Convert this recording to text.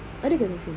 ada ke nursing